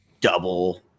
double